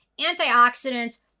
antioxidants